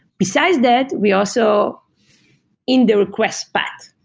besides that, we also in the request but